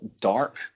Dark